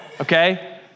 okay